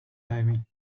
diving